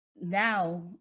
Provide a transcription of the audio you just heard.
now